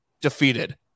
defeated